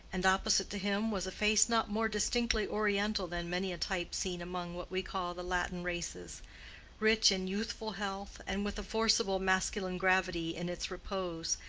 and opposite to him was a face not more distinctively oriental than many a type seen among what we call the latin races rich in youthful health, and with a forcible masculine gravity in its repose,